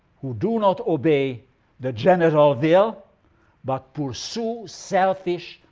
who do not obey the general will but pursue selfish,